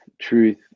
truth